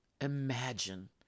imagine